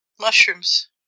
Mushrooms